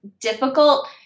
difficult